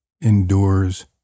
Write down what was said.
endures